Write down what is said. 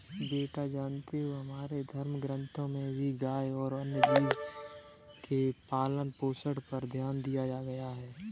बेटा जानते हो हमारे धर्म ग्रंथों में भी गाय और अन्य जीव के पालन पोषण पर ध्यान दिया गया है